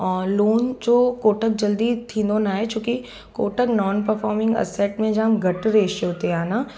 ऐं लोन जो कोटक जल्दी थींदो नाहे छोकी कोटक नॉन परफॉमिंग एसेट में जामु घटि रेशो ते आहे न